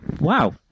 Wow